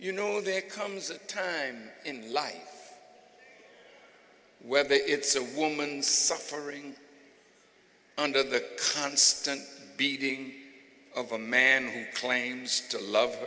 you know there comes a time in the life where they it's a woman's suffering under the constant beating of a man who claims to love